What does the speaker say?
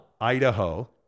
Idaho